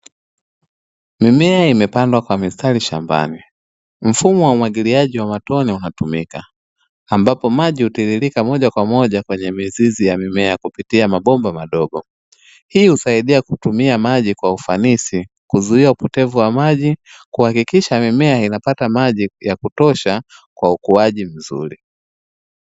Mimea imepandwa kwa mistari shambani. Mfumo wa umwagiliaji wa matone unatumika, ambapo maji hutiririka moja kwa moja kwenye mizizi ya mimea kupitia mabomba madogo. Hii husaidia kutumia maji kwa ufanisi, kuzuia upotevu wa maji, kuhakikisha mimea inapata maji ya kutosha kwa ukuaji mzuri.